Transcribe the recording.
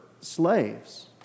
slaves